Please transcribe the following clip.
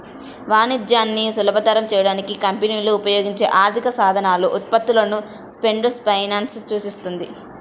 వాణిజ్యాన్ని సులభతరం చేయడానికి కంపెనీలు ఉపయోగించే ఆర్థిక సాధనాలు, ఉత్పత్తులను ట్రేడ్ ఫైనాన్స్ సూచిస్తుంది